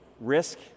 risk